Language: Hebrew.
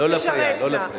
תן לה לבחור.